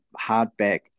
hardback